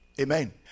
Amen